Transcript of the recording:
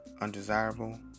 Undesirable